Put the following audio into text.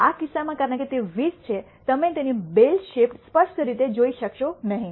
આ કિસ્સામાં કારણ કે તે 20 છે તમે તેની બેલ શૈપ્ડ સ્પષ્ટ રીતે જોઈ શકશો નહીં